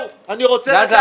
אני רוצה לדעת כמה עולה.